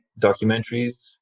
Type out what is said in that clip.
documentaries